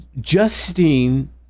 Justine